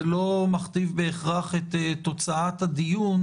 זה לא מכתיב בהכרח את תוצאת הדיון,